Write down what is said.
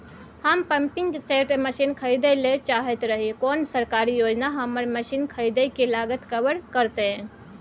हम pumping set machine खरीदैय ल चाहैत रही कोन सरकारी योजना हमर मसीन खरीदय के लागत कवर करतय?